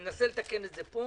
אני אנסה לתקן את זה פה.